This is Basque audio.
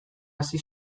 hasi